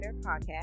podcast